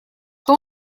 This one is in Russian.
что